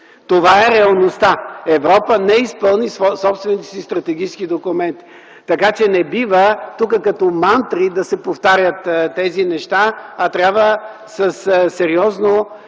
Това е реалността – Европа не изпълни собствените си стратегически документи, така че не бива тук като мантри да се повтарят тези неща, а трябва със сериозно